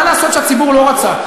מה לעשות שהציבור לא רוצה?